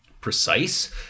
precise